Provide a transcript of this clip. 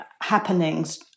happenings